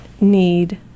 need